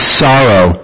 sorrow